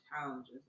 challenges